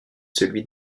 celui